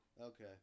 Okay